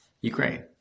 Ukraine